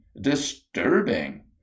disturbing